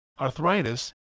arthritis